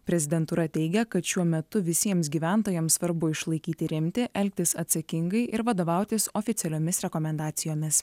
prezidentūra teigia kad šiuo metu visiems gyventojams svarbu išlaikyti rimtį elgtis atsakingai ir vadovautis oficialiomis rekomendacijomis